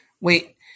wait